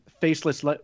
faceless